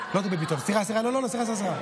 לא דבי ביטון, סליחה, מטי צרפתי.